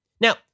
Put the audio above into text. Now